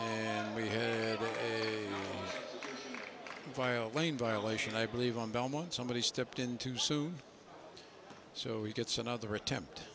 and we headed via lane violation i believe on belmont somebody stepped in to sue so he gets another attempt